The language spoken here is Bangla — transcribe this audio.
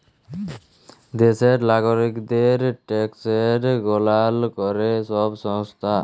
দ্যাশের লাগরিকদের ট্যাকসের গললা ক্যরে ছব সংস্থা